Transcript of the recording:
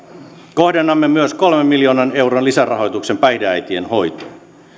kohdennamme myös kolmen miljoonan euron lisärahoituksen päihdeäitien hoitoon